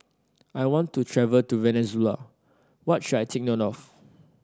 I want to travel to Venezuela what should I take note of